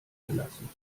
gelassen